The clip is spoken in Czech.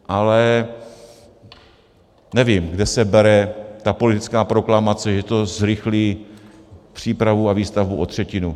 Ale nevím, kde se bere ta politická proklamace, že to zrychlí přípravu a výstavbu o třetinu.